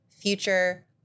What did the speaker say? future